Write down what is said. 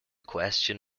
question